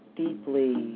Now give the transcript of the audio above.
deeply